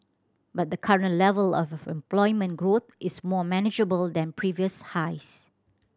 but the current level of employment growth is more manageable than previous highs